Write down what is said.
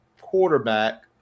quarterback